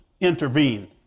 intervene